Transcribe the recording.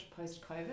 post-COVID